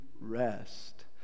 rest